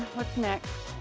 what's next?